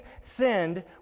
sinned